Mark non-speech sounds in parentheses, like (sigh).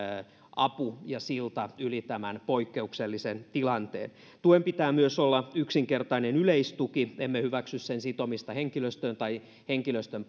apu ja silta yli tämän poikkeuksellisen tilanteen tuen pitää myös olla yksinkertainen yleistuki emme hyväksy sen sitomista henkilöstöön tai henkilöstön (unintelligible)